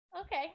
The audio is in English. Okay